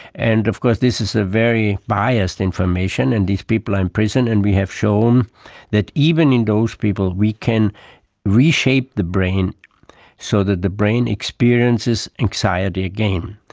and of course this is ah very biased information and these people are in prison and we have shown that even in those people we can reshape the brain so that the brain experiences anxiety again.